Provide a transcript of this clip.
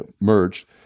merged